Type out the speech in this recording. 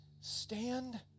Stand